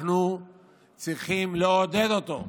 אנחנו צריכים לעודד אותו,